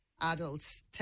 adults